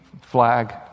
flag